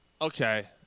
Okay